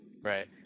Right